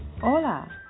Hola